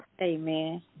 Amen